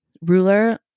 ruler